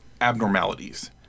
abnormalities